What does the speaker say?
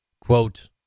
Quote